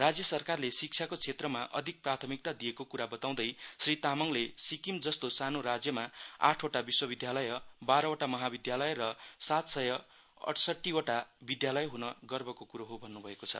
राज्य सरकारले शिक्षाको क्षेत्रमा अधिक प्राथमिकता दिएको कुरा बताउँदै श्री तामाङले सिक्किम जस्तो सानो राज्यमा आठवटा विश्वविधालय़ बारवटा महाविधालय र सात सय अइसट्टीवटा विधालय हुन् गर्वको करा हो भन्नभएको छ